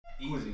Easy